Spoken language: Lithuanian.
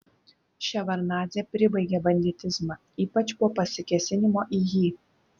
ševardnadzė pribaigė banditizmą ypač po pasikėsinimo į jį